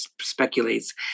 speculates